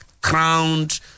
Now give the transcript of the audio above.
crowned